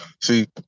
See